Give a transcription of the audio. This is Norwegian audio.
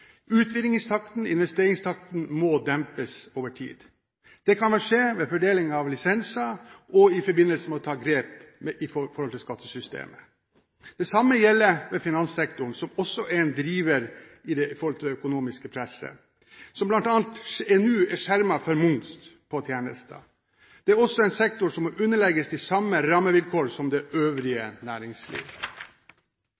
og investeringstakten må dempes over tid. Det kan skje ved fordeling av lisenser og i forbindelse med å ta grep i skattesystemet. Det samme gjelder for finanssektoren, som bl.a. er skjermet for moms på tjenester, og som også er en driver til det økonomiske presset. Det er også en sektor som må underlegges de samme rammevilkår som det øvrige